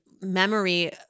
memory